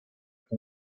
sin